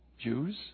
Jews